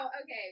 Okay